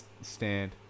stand